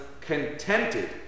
contented